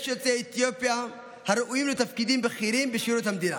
יש יוצאי אתיופיה הראויים לתפקידים בכירים בשירות המדינה.